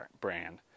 brand